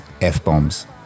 F-Bombs